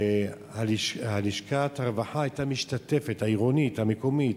לשכת הרווחה העירונית, המקומית,